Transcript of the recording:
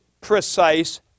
precise